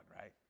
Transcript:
right